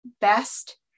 best